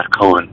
Cohen